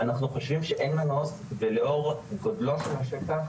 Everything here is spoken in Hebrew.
אנחנו חושבים שאין מנוס ולאור גודלו של השטח,